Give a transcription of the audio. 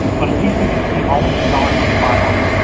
but at least we can see all of the dollar sign files